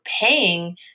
paying